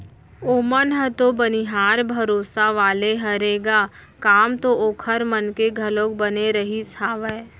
ओमन ह तो बनिहार भरोसा वाले हरे ग काम तो ओखर मन के घलोक बने रहिस हावय